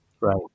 right